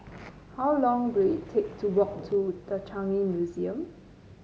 how long will it take to walk to The Changi Museum